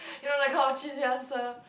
you know that kind of cheesy answer